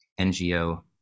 NGO